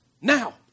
Now